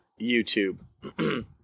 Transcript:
YouTube